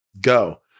go